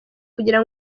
kugira